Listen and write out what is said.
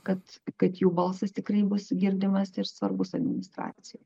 kad kad jų balsas tikrai bus girdimas ir svarbus administracijoj